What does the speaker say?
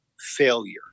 failure